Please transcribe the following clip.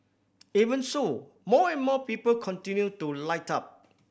even so more and more people continue to light up